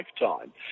lifetime